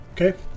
Okay